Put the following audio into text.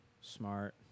Smart